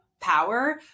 power